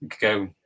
go